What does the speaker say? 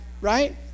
Right